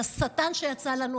את השטן שיצא לנו,